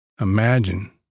Imagine